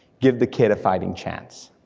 give the kid a fighting chance.